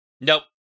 Nope